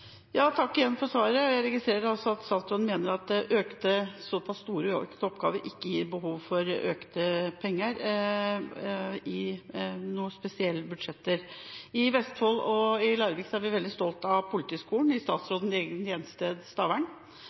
takk for svaret. Jeg registrerer at statsråden mener at en såpass stor økning i oppgaver ikke skaper behov for mer penger i noen spesielle budsjetter. I Larvik i Vestfold er vi veldig stolte av å ha Politihøgskolen på statsrådens eget hjemsted, Stavern. Har statsråden